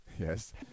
Yes